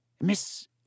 Miss